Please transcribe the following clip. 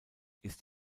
ist